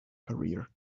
career